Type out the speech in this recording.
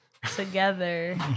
Together